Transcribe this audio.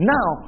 Now